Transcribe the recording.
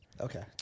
Okay